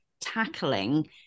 tackling